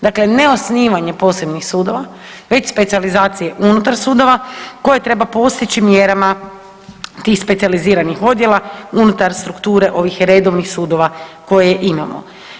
Dakle, ne osnivanje posebnih sudova, već specijalizacije unutar sudova koje treba postići mjerama tih specijaliziranih odjela unutar strukture ovih redovnih sudova koje imamo.